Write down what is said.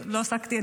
לא עסקתי,